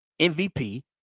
MVP